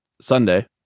Sunday